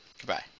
Goodbye